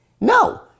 No